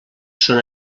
són